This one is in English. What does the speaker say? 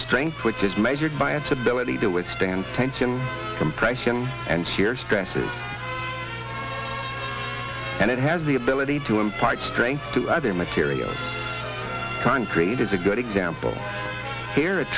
strength which is measured by its ability to withstand tension compression and shear stresses and it has the ability to impart strength to other materials concrete is a good example here a